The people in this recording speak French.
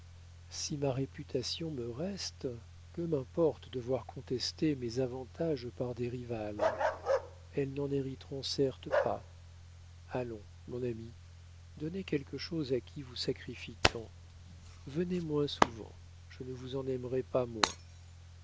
si ma réputation me reste que m'importe de voir contester mes avantages par des rivales elles n'en hériteront certes pas allons mon ami donnez quelque chose à qui vous sacrifie tant venez moins souvent je ne vous en aimerai pas moins